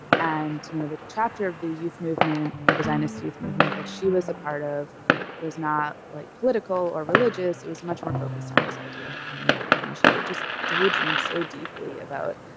and, you know, the chapter of the youth movement, of the zionist youth movement, that she was a part of was not like political or religious, it was much more focus on this idea of pioneering and she like just like daydreamed so deeply about,